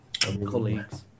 colleagues